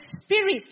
spirit